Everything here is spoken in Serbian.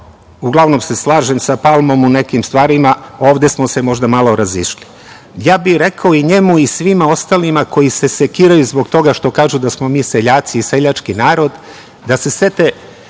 uglavnom se slažem sa Palmom u nekim stvarima, ovde smo se možda malo razišli, ja bih rekao i njemu i svima ostalima koji se sekiraju zbog toga što kažu da smo mi seljaci i seljački narod da se sve